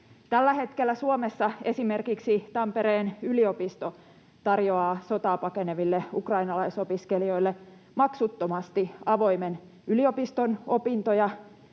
Tällä hetkellä Suomessa esimerkiksi Tampereen yliopisto tarjoaa sotaa pakeneville ukrainalaisopiskelijoille maksuttomasti avoimen yliopiston opintoja